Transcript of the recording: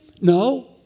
No